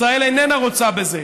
ישראל איננה רוצה בזה,